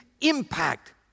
impact